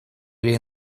или